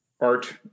art